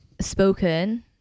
spoken